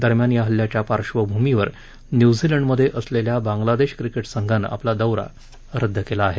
दरम्यान या हल्ल्याच्या पार्श्वभूमीवर न्युझीलंडमध्ये असलेल्या बांगलादेश क्रिकेट संघानं आपला दौरा रद्द केला आहे